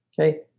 okay